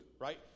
right